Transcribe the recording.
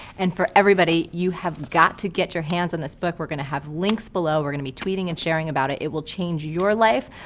and for everybody, you have got to get your hands on this book. we're gonna have links below, we're gonna be tweeting and sharing about it. it will change your life,